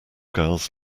girls